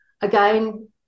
again